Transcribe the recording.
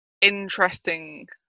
interesting